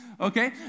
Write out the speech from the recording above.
Okay